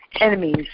enemies